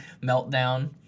meltdown